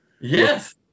Yes